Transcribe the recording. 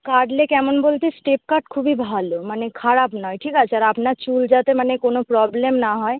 কাটলে কেমন বলতে স্টেপ কাট খুবই ভালো মানে খারাপ নয় ঠিক আছে আর আপনার চুল যাতে মানে কোনো প্রবলেম না হয়